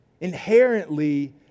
inherently